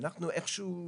ואנחנו איכשהו,